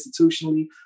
institutionally